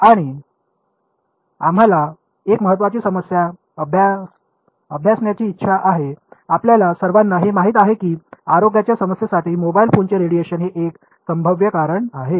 आणि आम्हाला एक महत्वाची समस्या अभ्यासण्याची इच्छा आहे आपल्या सर्वांना हे माहित आहे की आरोग्याच्या समस्येसाठी मोबाइल फोनचे रेडिएशन हे एक संभाव्य कारण आहे